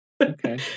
Okay